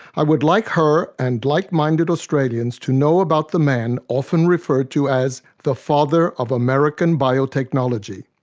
i would like her and like-minded australians to know about the man often referred to as the father of american biotechnology.